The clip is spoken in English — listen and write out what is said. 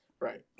Right